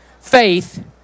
faith